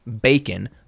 bacon